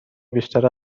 بیشتر